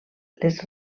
les